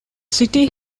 city